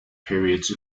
periods